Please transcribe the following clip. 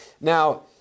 Now